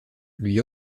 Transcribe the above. lui